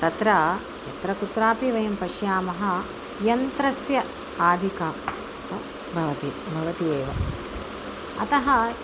तत्र यत्रकुत्रापि वयं पश्यामः यन्त्रस्य आधिक्यं भवति भवति एव अतः